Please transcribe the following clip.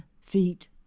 feet